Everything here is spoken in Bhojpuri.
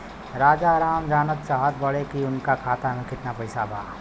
राजाराम जानल चाहत बड़े की उनका खाता में कितना पैसा बा?